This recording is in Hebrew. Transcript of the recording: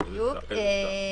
בדיוק.